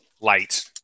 light